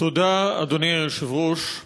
אדוני היושב-ראש,